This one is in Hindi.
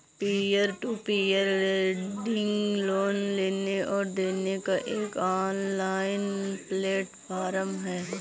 peer to peer lending loan लेने और देने का एक ऑनलाइन प्लेटफ़ॉर्म है